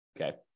Okay